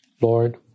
Lord